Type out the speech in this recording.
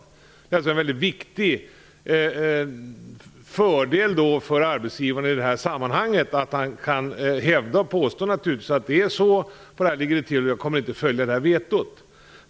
Det är alltså en väldigt viktig fördel för arbetsgivaren i det här sammanhanget att han kan hävda att det är så och att han inte kommer att följa vetot.